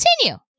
continue